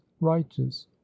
righteous